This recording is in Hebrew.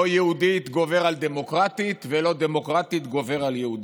לא "יהודית" גובר על "דמוקרטית" ולא "דמוקרטית" גובר על "יהודית".